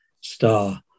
star